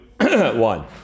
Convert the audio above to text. one